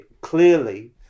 Clearly